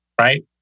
right